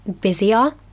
busier